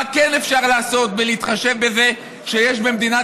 מה כן אפשר לעשות בלהתחשב בזה שיש במדינת